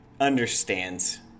understands